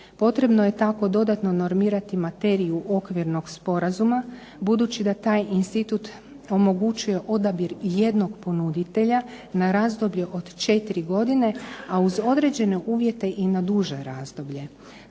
Potrebno je tako dodatno normirati materiju okvirnog sporazuma, budući da taj institut omogućuje odabir jednog ponuditelja na razdoblje od četiri godine, a uz određene uvjete i na duže razdoblje.